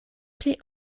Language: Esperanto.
pli